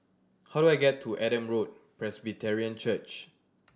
how do I get to Adam Road Presbyterian Church